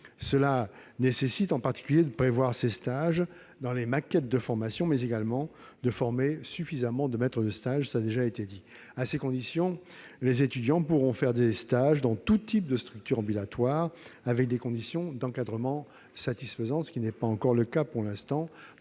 Cela nécessite, en particulier, de prévoir ces stages dans les maquettes de formation, mais également de former suffisamment de maîtres de stage. À ces conditions, les étudiants pourront faire des stages dans tout type de structure ambulatoire dans des conditions d'encadrement satisfaisantes, ce qui n'est pas encore le cas pour l'instant.